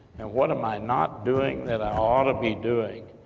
and what am i not doing, that i ought to be doing?